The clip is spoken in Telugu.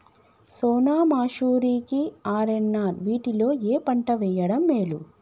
సోనా మాషురి కి ఆర్.ఎన్.ఆర్ వీటిలో ఏ పంట వెయ్యడం మేలు?